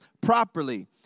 properly